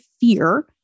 fear